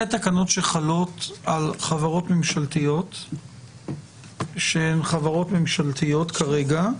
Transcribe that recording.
אלה התקנות שחלות על חברות ממשלתיות שהן חברות ממשלתיות כרגע.